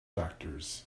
doctors